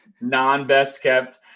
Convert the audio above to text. non-best-kept